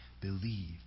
believe